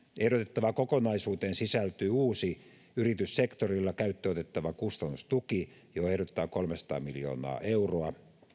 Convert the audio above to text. ehdotettavaan kokonaisuuteen sisältyy uusi yrityssektorilla käyttöön otettava kustannustuki johon ehdotetaan kolmesataa miljoonaa euroa